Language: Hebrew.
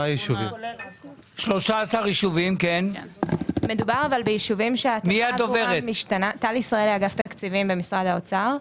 אני מאגף תקציבים במשרד האוצר.